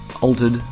altered